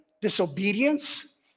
disobedience